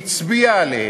הצביעה עליהן,